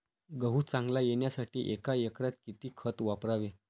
गहू चांगला येण्यासाठी एका एकरात किती खत वापरावे?